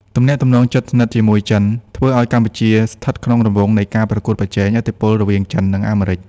ទំនាក់ទំនងជិតស្និទ្ធជាមួយចិន ធ្វើឱ្យកម្ពុជាស្ថិតក្នុងរង្វង់នៃការប្រកួតប្រជែងឥទ្ធិពលរវាងចិន និងអាមេរិក។